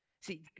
See